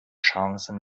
chance